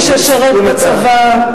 מי שמשרת בצבא,